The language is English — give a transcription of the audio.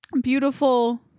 Beautiful